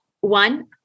One